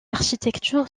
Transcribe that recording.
architecture